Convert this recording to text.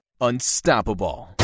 Unstoppable